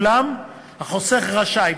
ואולם החוסך רשאי,